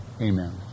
Amen